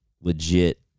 legit